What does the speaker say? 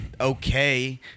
okay